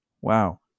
Wow